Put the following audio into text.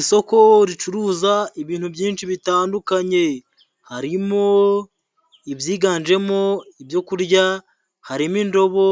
Isoko ricuruza ibintu byinshi bitandukanye, harimo ibyiganjemo ibyo kurya, harimo indobo,